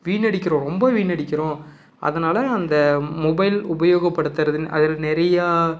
வீணடிக்கிறோம் ரொம்ப வீணடிக்கிறோம் அதனால் அந்த மொபைல் உபயோகப்படுத்துறதுன்னு அதில் நிறையா